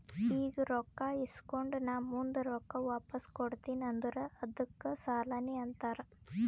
ಈಗ ರೊಕ್ಕಾ ಇಸ್ಕೊಂಡ್ ನಾ ಮುಂದ ರೊಕ್ಕಾ ವಾಪಸ್ ಕೊಡ್ತೀನಿ ಅಂದುರ್ ಅದ್ದುಕ್ ಸಾಲಾನೇ ಅಂತಾರ್